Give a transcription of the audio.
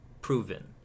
proven